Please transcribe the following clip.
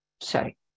sorry